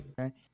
Okay